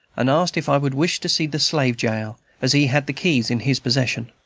and asked if i would wish to see the slave-jail, as he had the keys in his possession.